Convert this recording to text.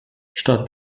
statt